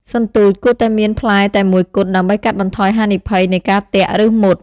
សន្ទូច គួរតែមានផ្លែតែមួយគត់ ដើម្បីកាត់បន្ថយហានិភ័យនៃការទាក់ ឬ មុត។